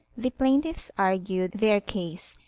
the plaintiffs argued their case,